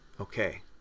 Okay